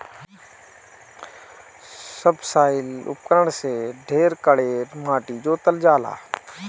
subsoil उपकरण से ढेर कड़ेर माटी जोतल जाला